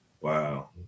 Wow